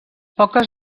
poques